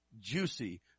juicy